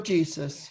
Jesus